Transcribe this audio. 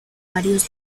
varios